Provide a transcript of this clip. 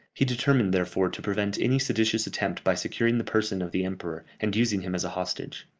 he determined, therefore, to prevent any seditious attempt by securing the person of the emperor, and using him as a hostage.